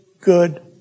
good